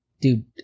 dude